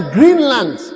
Greenland